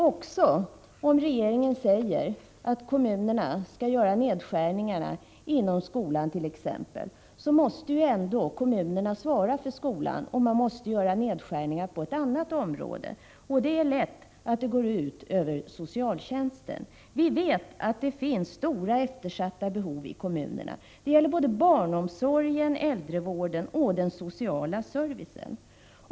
Också om regeringen säger att kommunerna skall göra nedskärningar på t.ex. skolans område måste ju kommunerna svara för verksamheten i skolan och kan tvingas göra nedskärningar även på andra områden — det är då lätt att det går ut över socialtjänsten. Vi vet att det finns stora eftersatta behov i kommunerna — det gäller barnomsorgen, äldrevården och den sociala servicen.